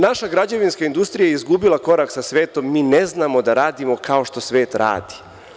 Naša građevinska industrija je izgubila korak sa svetom, mi ne znamo da radimo kao što svet radi.